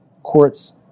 courts